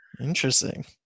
Interesting